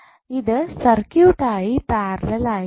ഇത് സർക്യൂട്ടായി പാരലൽ ആയിട്ടാണ്